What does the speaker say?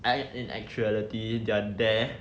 act in actuality they are there